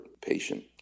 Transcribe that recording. patient